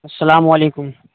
السلام علیکم